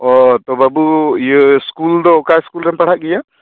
ᱚᱸᱻ ᱛᱚ ᱵᱟ ᱵᱩ ᱤᱭᱟᱹ ᱤᱥᱠᱩᱞ ᱫᱚ ᱚᱠᱟ ᱤᱥᱠᱩᱞ ᱨᱮᱢ ᱯᱟᱲᱦᱟᱜ ᱜᱮᱭᱟ